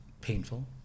painful